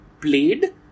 played